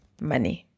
money